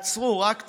תעצרו, רק תעצרו.